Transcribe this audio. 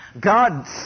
God